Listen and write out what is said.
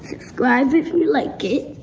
subscribe if you like it.